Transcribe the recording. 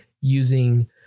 using